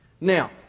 Now